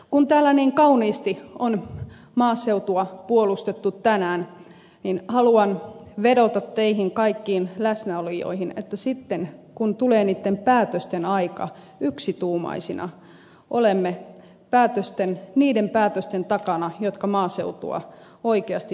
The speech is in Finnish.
kun täällä niin kauniisti on maaseutua puolustettu tänään niin haluan vedota teihin kaikkiin läsnäolijoihin että sitten kun tulee niitten päätösten aika yksituumaisina olemme niiden päätösten takana jotka maaseutua oikeasti tukevat